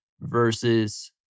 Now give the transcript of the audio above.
versus